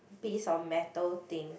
piece of metal thing